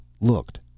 looked